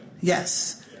Yes